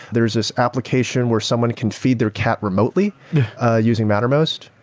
there's this application where someone can feed their cat remotely using mattermost.